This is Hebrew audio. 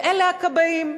ואלה הכבאים.